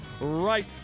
right